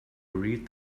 read